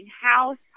house